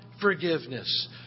forgiveness